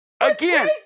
Again